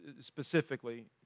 specifically